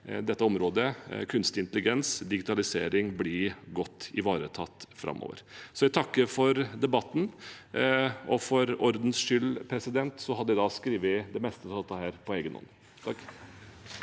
dette området, kunstig intelligens og digitalisering, blir godt ivaretatt framover. Så jeg takker for debatten, og for ordens skyld: Jeg har skrevet det meste av dette på egen hånd.